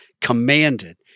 commanded